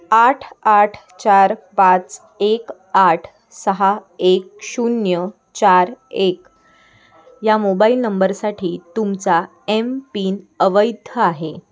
आठ आठ चार पाच एक आठ सहा एक शून्य चार एक या मोबाईल नंबरसाठी तुमचा एम पिन अवैध आहे